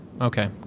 okay